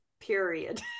period